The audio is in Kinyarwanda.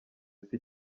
isi